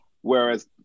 whereas